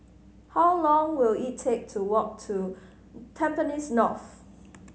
how long will it take to walk to Tampines North